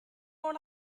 more